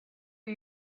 are